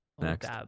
next